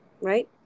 Right